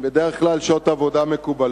השעות הן בדרך כלל שעות עבודה מקובלות,